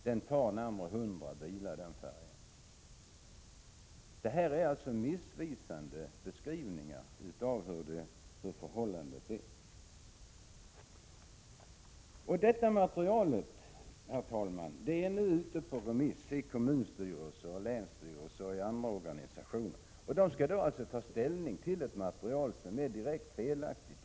Den färjan tar närmare 100 bilar. Det här är alltså missvisande beskrivningar av förhållandena. Detta material, herr talman, är nu på remiss i kommunstyrelser, länsstyrelser och organisationer, som alltså skall ta ställning till ett material som är i grunden direkt felaktigt.